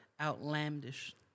Outlandish